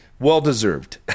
well-deserved